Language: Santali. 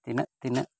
ᱛᱤᱱᱟᱹᱜ ᱛᱤᱱᱟᱹᱜ